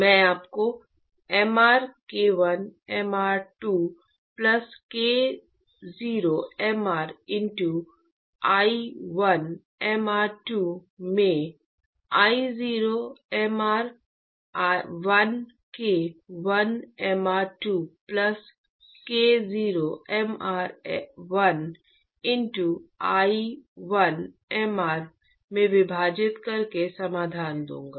मैं आपको mr K 1 mR 2 plus K0 mr into I1 mR 2 में I0 mr 1 K 1 mR 2 plus K0 mr1 into I1 mR में विभाजित करके समाधान दूंगा